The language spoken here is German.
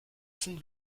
essen